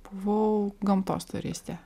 buvau gamtos turistė